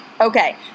Okay